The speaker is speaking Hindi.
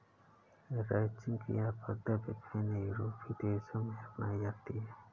रैंचिंग की यह पद्धति विभिन्न यूरोपीय देशों में अपनाई जाती है